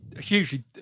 hugely